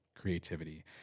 creativity